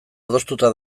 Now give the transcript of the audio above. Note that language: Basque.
adostuta